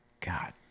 God